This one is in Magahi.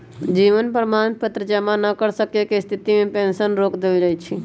जीवन प्रमाण पत्र जमा न कर सक्केँ के स्थिति में पेंशन रोक देल जाइ छइ